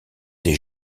t’ai